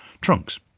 trunks